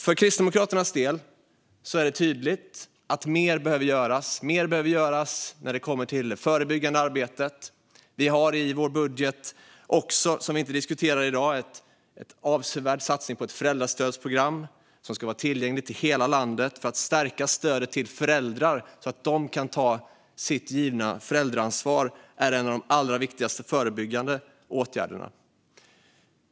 För Kristdemokraternas del är det tydligt att mer behöver göras när det kommer till det förebyggande arbetet. Vi har i vår budget också - som vi inte diskuterar i dag - en avsevärd satsning på ett föräldrastödsprogram som ska vara tillgängligt i hela landet för att stärka stödet till föräldrar så att de kan ta sitt givna föräldraansvar. Det är en av de allra viktigaste förebyggande åtgärderna.